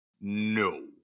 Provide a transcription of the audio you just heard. No